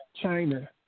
China